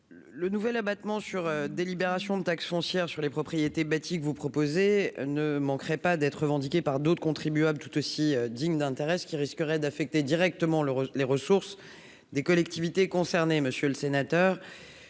le nouvel abattement sur délibération de taxe foncière sur les propriétés bâties que vous proposez ne manquerait pas d'être revendiqué par d'autres contribuables tout aussi dignes d'intérêt, ce qui risquerait d'affecter directement les ressources des collectivités concernées. L'efficacité